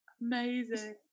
Amazing